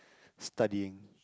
studying